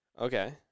Okay